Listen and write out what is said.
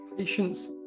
patience